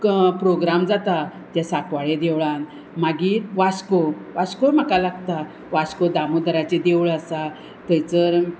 programme जाता ते साकवाळे देवळान मागीर वास्को वास्को म्हाका लागता वास्को दामोदराचें देवूळ आसा थंयसर